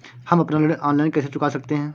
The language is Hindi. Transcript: हम अपना ऋण ऑनलाइन कैसे चुका सकते हैं?